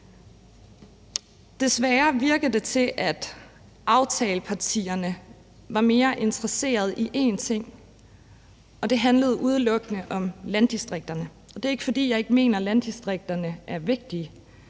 Desværre virker det til, at aftalepartierne var mere interesseret i én ting, og det handlede udelukkende om landdistrikterne. Og det er ikke, fordi jeg ikke mener, at landdistrikterne er vigtige,